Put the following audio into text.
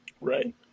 Right